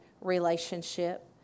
relationship